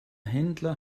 händler